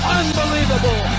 unbelievable